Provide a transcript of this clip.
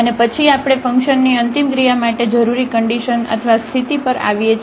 અને પછી આપણે ફંક્શનની અંતિમ ક્રિયા માટે જરૂરી કન્ડિશન અથવા સ્થિતિ પર આવીએ છીએ